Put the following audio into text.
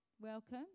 welcome